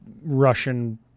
Russian